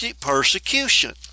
persecution